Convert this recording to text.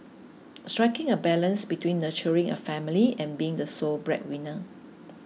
striking a balance between nurturing a family and being the sole breadwinner